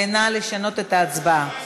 נא לשנות את ההצבעה.